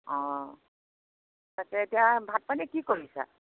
অঁ তাকে এতিয়া ভাত পানী কি কৰিছা